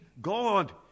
God